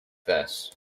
this